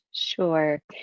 Sure